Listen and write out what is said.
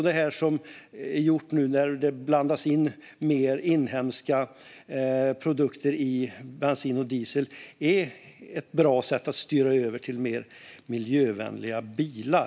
Att som nu blanda in mer inhemska produkter i bensin och diesel är ett bra sätt att styra över till mer miljövänliga bilar.